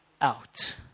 out